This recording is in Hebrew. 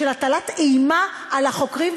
של הטלת אימה על החוקים,